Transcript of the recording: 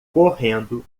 correndo